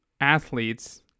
athletes